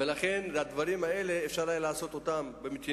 את הדברים האלה אפשר היה לעשות במתינות,